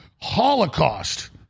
holocaust